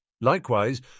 Likewise